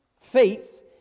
Faith